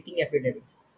epidemics